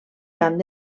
camp